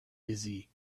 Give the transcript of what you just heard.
busy